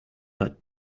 but